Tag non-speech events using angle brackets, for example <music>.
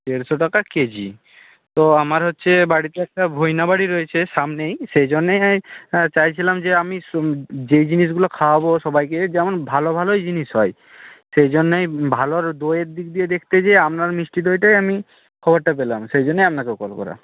দেড়শো টাকা কেজি তো আমার হচ্ছে বাড়িতে একটা ভোজনা বাড়ি রয়েছে সামনেই সেই জন্যেই চাইছিলাম যে আমি <unintelligible> যে জিনিসগুলো খাওয়াবো সবাইকে যেমন ভালো ভালোই জিনিস হয় সেই জন্যই ভালোর দইয়ের দিক দিয়ে দেখতে গিয়ে আপনার মিষ্টি দইটাই আমি খবরটা পেলাম সেই জন্যই আপনাকে কল করা